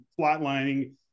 flatlining